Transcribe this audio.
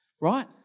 right